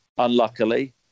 unluckily